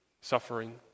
suffering